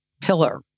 pillar